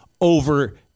over